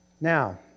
Now